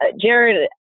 Jared